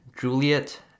Juliet